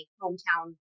hometown